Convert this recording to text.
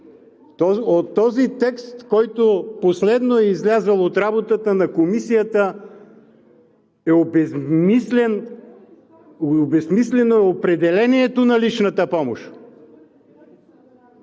От този текст, който последно е излязъл от работата на Комисията, е обезсмислено определението на личната помощ.